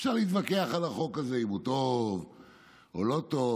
אפשר להתווכח על החוק הזה אם הוא טוב או לא טוב,